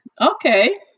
okay